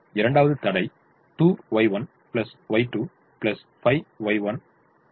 இரண்டாவது தடை 2Y1 Y2 5Y3 ≥ 3 ஆக இருக்கும்